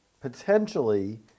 potentially